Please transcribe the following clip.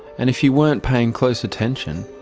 and if you weren't paying close attention,